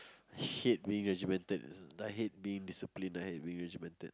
hate being regimented I hate being disciplined I hate being regimented